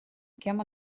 кем